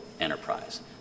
enterprise